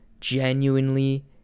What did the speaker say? genuinely